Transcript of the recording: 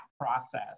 process